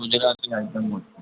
ગુજરાતી આઇટમો જ છે